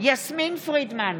יסמין פרידמן,